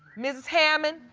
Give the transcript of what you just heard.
mrs. hammond,